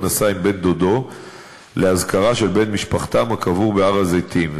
נסע עם בן-דודו לאזכרה של בן משפחתם הקבור בהר-הזיתים,